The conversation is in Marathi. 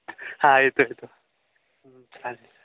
हा येतो येतो चालेल